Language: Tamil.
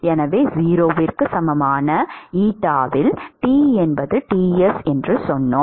எனவே 0க்கு சமமான எட்டாவில் T என்பது Ts என்று சொன்னோம்